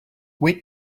wait